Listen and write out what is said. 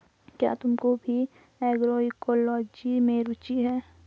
क्या तुमको भी एग्रोइकोलॉजी में रुचि है?